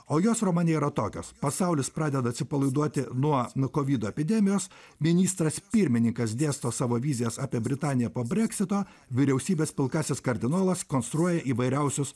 o jos romane yra tokios pasaulis pradeda atsipalaiduoti nuo nuo kovido epidemijos ministras pirmininkas dėsto savo vizijas apie britaniją po brexito vyriausybės pilkasis kardinolas konstruoja įvairiausius